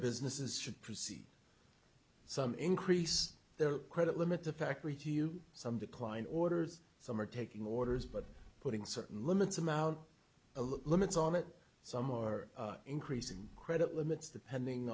businesses should proceed some increase their credit limit the factory to you some decline orders some are taking orders but putting certain limits amount of limits on it some or increasing credit limits the pending